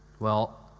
well,